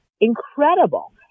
incredible